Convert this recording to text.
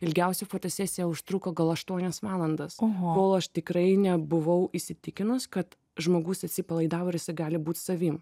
ilgiausiai fotosesija užtruko gal aštuonias valandas kol aš tikrai nebuvau įsitikinus kad žmogus atsipalaidavo ir jisai gali būt savim